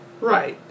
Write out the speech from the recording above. Right